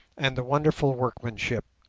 and the wonderful workmanship.